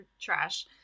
trash